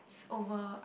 ~s over